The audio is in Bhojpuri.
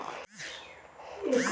मटियो के भरे खातिर समय मिल जात रहल